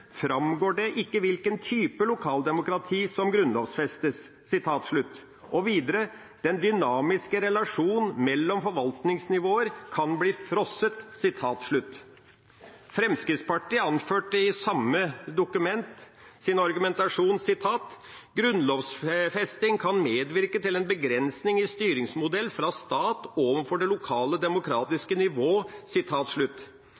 det ikke hvilken type lokaldemokrati som grunnlovsfestes.» Og videre: «Den dynamiske relasjonen mellom forvaltningsnivåene kan bli frosset.» Fremskrittspartiet anførte i samme dokument sin argumentasjon at: «grunnlovfesting kan medføre en begrensning i styringsmodell fra stat overfor det lokale